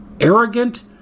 arrogant